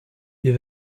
wir